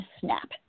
snap